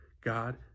God